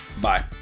Bye